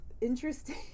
interesting